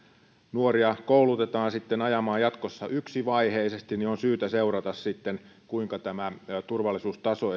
nuoria koulutetaan sitten ajamaan yksivaiheisesti on syytä seurata kuinka turvallisuustaso